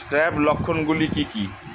Scab লক্ষণ গুলো কি কি?